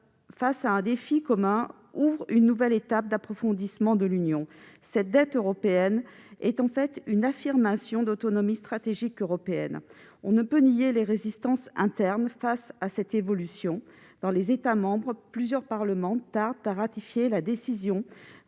face à un défi commun ouvre une nouvelle étape d'approfondissement de l'Union. Cette dette européenne est en fait l'affirmation d'une autonomie stratégique européenne. On ne peut nier les résistances internes face à cette évolution. Dans les États membres, plusieurs parlements tardent à ratifier la décision